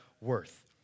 worth